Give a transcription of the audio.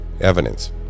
evidence